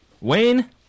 Wayne